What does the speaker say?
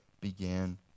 began